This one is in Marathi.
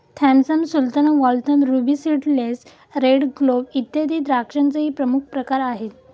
Thompson sultana, Waltham, ruby seedless, red globe, इत्यादी द्राक्षांचेही प्रमुख प्रकार आहेत